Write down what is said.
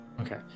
Okay